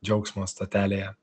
džiaugsmo stotelėje